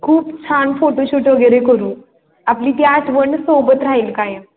खूप छान फोटोशूट वगैरे करू आपली ती आठवण सोबत राहील कायम